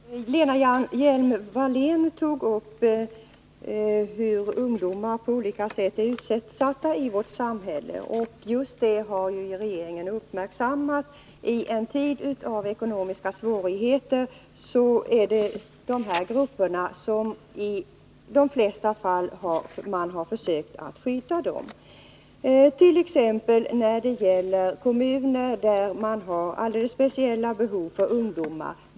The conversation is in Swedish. Herr talman! Lena Hjelm-Wallén tog upp frågor om hur ungdomar på olika sätt är utsatta i vårt samhälle. Just det har regeringen uppmärksammat. I en tid av ekonomiska svårigheter är det de här grupperna som vi försöker skydda i de flesta hänseenden. Exempelvis lämnas särskilda medel för insatser till kommuner som har alldeles speciella behov för ungdomar.